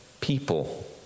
people